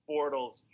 Bortles